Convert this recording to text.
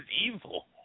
evil